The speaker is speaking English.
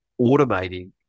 automating